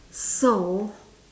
so